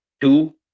two